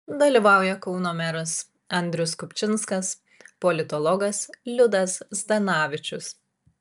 dalyvauja kauno meras andrius kupčinskas politologas liudas zdanavičius